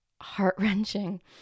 heart-wrenching